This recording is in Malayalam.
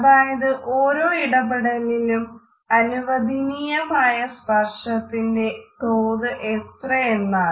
അതായത് ഓരോ ഇടപെടലിലും അനുവദനീയമായ സ്പർശനത്തിന്റെ തോത് എത്രയാണെന്ന്